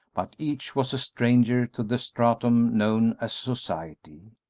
but each was a stranger to the stratum known as society.